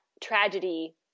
tragedy